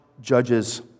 judges